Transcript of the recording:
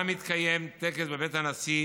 גם יתקיים טקס בבית הנשיא